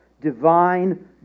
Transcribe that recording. Divine